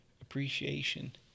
appreciation